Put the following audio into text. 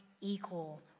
equal